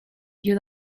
you